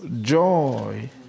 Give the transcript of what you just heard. Joy